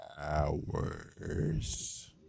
hours